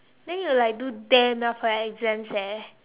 then you will like do damn well for exams eh